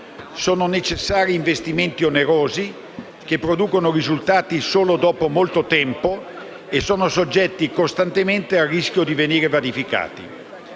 Sono necessari investimenti onerosi, che producono risultati solo dopo molto tempo e sono soggetti costantemente al rischio di venire vanificati.